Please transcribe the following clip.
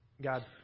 God